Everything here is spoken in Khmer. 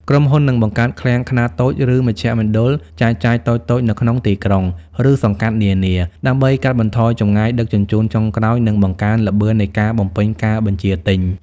ក្រុមហ៊ុននឹងបង្កើតឃ្លាំងខ្នាតតូច ឬមជ្ឈមណ្ឌលចែកចាយតូចៗនៅក្នុងទីក្រុង ឬសង្កាត់នានា ដើម្បីកាត់បន្ថយចម្ងាយដឹកជញ្ជូនចុងក្រោយ និងបង្កើនល្បឿននៃការបំពេញការបញ្ជាទិញ។